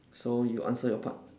so you answer your part